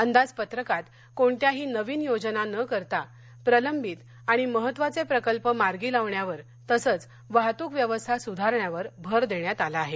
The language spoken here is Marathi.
अंदाजपत्रकात कोणत्याही नवीन योजना न करता प्रलंबित आणि महत्त्वाचे प्रकल्प मार्गी लावण्यावर तसंच वाहतूक व्यवस्था सुधारण्यावर भर देण्यात आला आहे